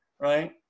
Right